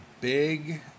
big